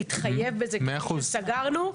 להתחייב לזה כפי שסגרנו.